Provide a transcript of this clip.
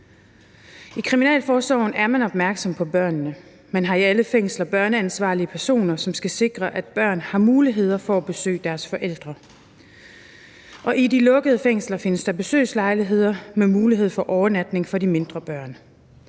I kriminalforsorgen er man opmærksom på børnene. Man har i alle fængsler børneansvarlige personer, som skal sikre, at børn har mulighed for at besøge deres forældre. I de lukkede fængsler findes der besøgslejligheder med mulighed for overnatning for de mindre børn,